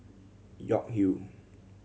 York Hill